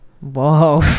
Whoa